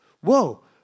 Whoa